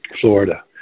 Florida